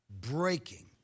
breaking